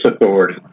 authority